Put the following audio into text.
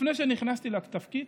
לפני שנכנסתי לתפקיד